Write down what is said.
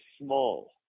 small